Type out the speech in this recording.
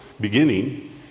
beginning